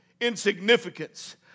insignificance